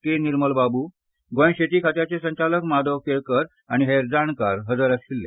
के निर्मल बाबू गोंय शेती खात्याचे संचालक माधव केळकर आनी हेर जाणकार हाजीर आशिल्ले